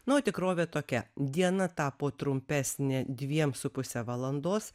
na o tikrovė tokia diena tapo trumpesnė dviem su puse valandos